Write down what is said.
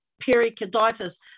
pericarditis